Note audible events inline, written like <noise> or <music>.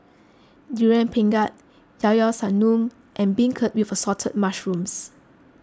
Durian Pengat Llao Llao Sanum and Beancurd <unintelligible> Assorted Mushrooms